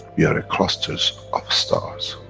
we are a. clusters of stars.